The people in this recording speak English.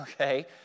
Okay